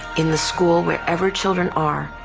in the school, wherever children are.